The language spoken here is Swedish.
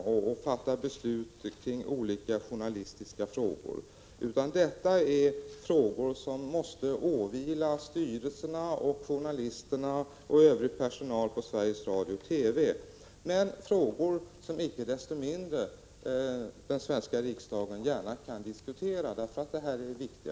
Vi skall inte fatta beslut i olika journalistiska frågor, utan det är frågor som det måste åvila styrelserna, journalisterna och övrig personal på Sveriges Radio att besluta om. Men det är frågor som den svenska riksdagen icke desto mindre gärna kan diskutera, därför att de är viktiga.